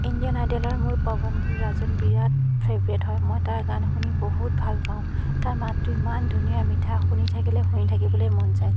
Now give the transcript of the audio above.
Indian আইডলৰ মোৰ পৱনদ্বীপ ৰাজন বিৰাট ফেভৰেট হয় মই তাৰ গান শুনি বহুত ভাল পাওঁ তাৰ মাতটো ইমান ধুনীয়া মিঠা শুনি থাকিলে শুনি থাকিবলৈ মন যায়